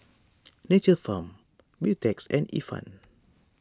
Nature's Farm Beautex and Ifan